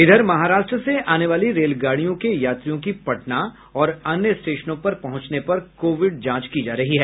इधर महाराष्ट्र से आने वाली रेलगाड़ियों के यात्रियों की पटना और अन्य स्टेशनों पर पहुंचने पर कोविड जांच की जा रही है